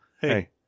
Hey